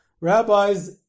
rabbis